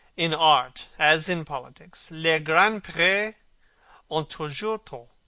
in art, as in politics, les grandperes ont toujours tort.